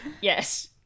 Yes